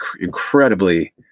incredibly